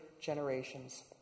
generations